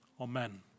Amen